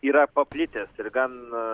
yra paplitęs ir gan